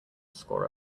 score